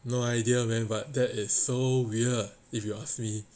no idea man but that is so weird if you ask me